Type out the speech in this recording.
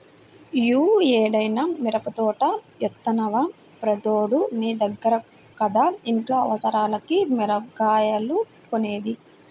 యీ ఏడన్నా మిరపదోట యేత్తన్నవా, ప్రతేడూ నీ దగ్గర కదా ఇంట్లో అవసరాలకి మిరగాయలు కొనేది